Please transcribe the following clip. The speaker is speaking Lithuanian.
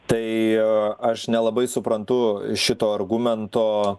tai aš nelabai suprantu šito argumento